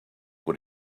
what